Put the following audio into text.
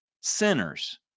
sinners